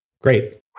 Great